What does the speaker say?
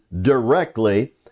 directly